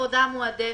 עבודה מועדפת,